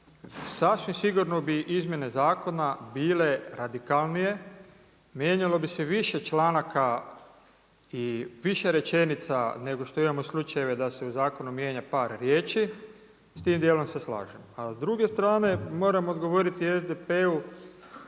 sasvim sigurno bi izmjene zakona bile radikalnije, mijenjalo bi se više članaka i više rečenica nego što imamo slučajeve da se u zakonu mijenja par riječi s tim djelom se slažem. A s druge strane moram odgovoriti SDP-u